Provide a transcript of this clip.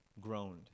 groaned